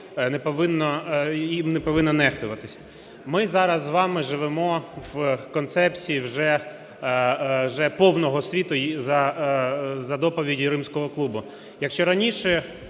їм не повинно нехтуватись. Ми зараз з вами живемо в концепції вже повного світу і за доповіді Римського клубу. Якщо раніше